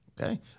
Okay